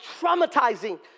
traumatizing